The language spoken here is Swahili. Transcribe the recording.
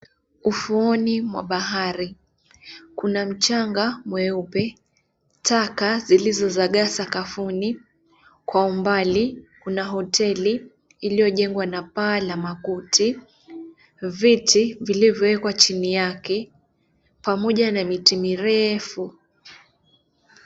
Ufuoni mwa bahari kuna mchanga mweupe taka zilizozagaa sakafuni, kwa mbali kuna hoteli iliyojengwa na paa la makuti, viti vilivyowekwa chini yake pamoja na miti mirefu.